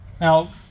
Now